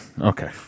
Okay